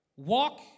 Walk